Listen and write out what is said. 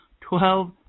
Twelve